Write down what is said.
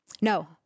No